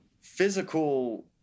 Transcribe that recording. physical